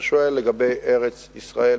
אתה שואל לגבי ארץ-ישראל,